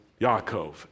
Yaakov